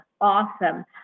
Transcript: awesome